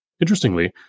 Interestingly